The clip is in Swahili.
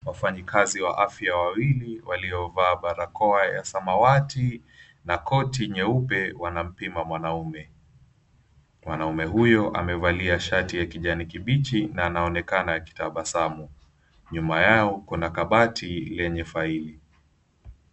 Wafanyikazi wa afya wawili waliovaa barakoa ya samawati na koti nyeupe wanampima mwanaume, mwanaume huyu amevalia shati ya kijani kibichi na anaonekana akitabasamu. Nyuma yao kuna kabati lenye faili.